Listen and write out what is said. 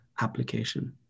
application